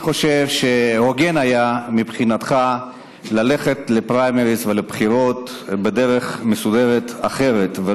אני חושב שהוגן היה מבחינתך ללכת לפריימריז ולבחירות בדרך מסודרת אחרת,